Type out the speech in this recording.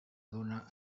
dóna